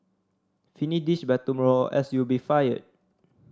finish this by tomorrow else you'll be fired